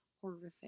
horrific